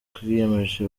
twiyemeje